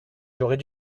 j’aurais